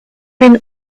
been